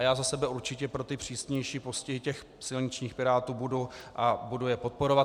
Já za sebe určitě pro ty přísnější postihy silničních pirátů budu a budu je podporovat.